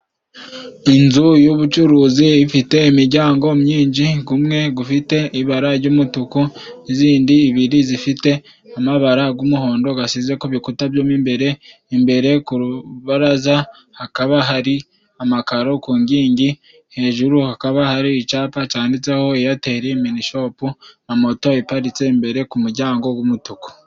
Inzu y'ubucuruzi ifite imijyango myinshi, gumwe gufite ibara jy'umutuku, izindi ibiri zifite amabara g'umuhondo gasize ku bikuta byo mo imbere, imbere ku rubaraza hakaba hari amakaro ku ngingi hejuru hakaba hari icapa canditseho Eyateri minishopu na moto iparitse imbere ku mujyango g'umutuku.